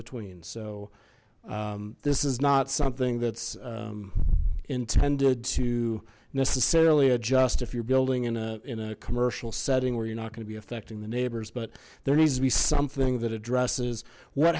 between so this is not something that's intended to necessarily adjust if you're building in a in a commercial setting where you're not going to be affecting the neighbors but there needs to be something that addresses what